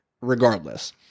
regardless